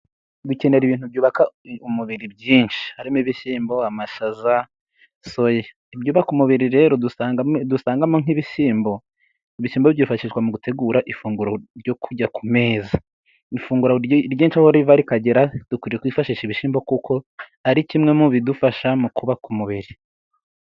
Dukenera ibintu byubaka umubiri byinshi ,harimo ibishyimbo ,amashaza, soya .Ibyubaka umubiri rero dusanga dusangamo nk'ibishyimbo, ibishyimbo byifashishwa mu gutegura ifunguro ryo kujya ku meza. Ifunguro aho riva rikagera dukwiriye kwifashisha ibishyimbo ,kuko ari kimwe mu bidufasha mu kubaka umubiri.